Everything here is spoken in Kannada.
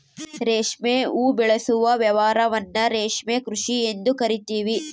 ರೇಷ್ಮೆ ಉಬೆಳೆಸುವ ವ್ಯವಸಾಯವನ್ನ ರೇಷ್ಮೆ ಕೃಷಿ ಎಂದು ಕರಿತೀವಿ